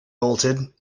bolted